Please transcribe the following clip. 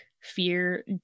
fear